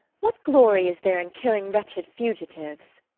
what glory is there in killing wretched fugitives?